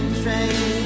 train